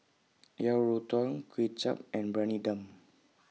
Yang Rou Tang Kway Chap and Briyani Dum